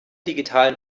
digitalen